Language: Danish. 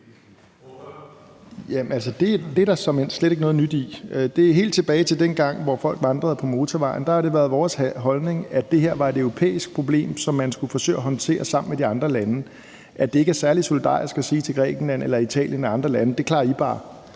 Det er der såmænd slet ikke noget nyt i. Helt tilbage fra dengang folk vandrede på motorvejene, har det været vores holdning, at det her var et europæisk problem, som man skulle forsøge at håndtere sammen med de andre lande, og at det ikke er særlig solidarisk at sige til Grækenland, Italien eller andre lande: Det klarer I bare.